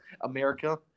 America